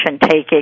taking